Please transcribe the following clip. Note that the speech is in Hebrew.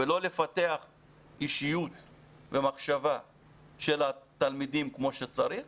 ולא לפתח אישיות ומחשבה של התלמידים כמו שצריך.